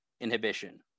inhibition